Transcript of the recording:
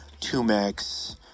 Tumex